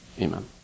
Amen